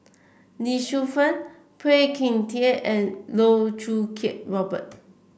Lee Shu Fen Phua Thin Kiay and Loh Choo Kiat Robert